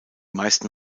meisten